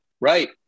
Right